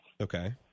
Okay